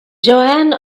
joanne